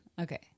Okay